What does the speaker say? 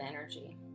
energy